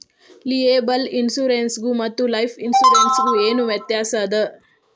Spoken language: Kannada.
ಲಿಯೆಬಲ್ ಇನ್ಸುರೆನ್ಸ್ ಗು ಮತ್ತ ಲೈಫ್ ಇನ್ಸುರೆನ್ಸ್ ಗು ಏನ್ ವ್ಯಾತ್ಯಾಸದ?